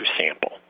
sample